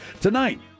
Tonight